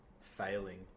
failing